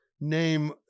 name